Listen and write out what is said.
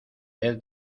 vez